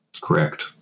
correct